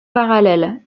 parallèle